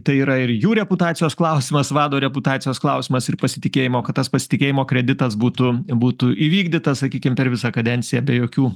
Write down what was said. tai yra ir jų reputacijos klausimas vado reputacijos klausimas ir pasitikėjimo kad tas pasitikėjimo kreditas būtų būtų įvykdytas sakykim per visą kadenciją be jokių